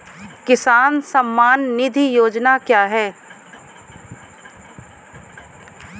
किसान सम्मान निधि योजना क्या है?